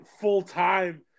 full-time